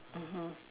mmhmm